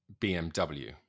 bmw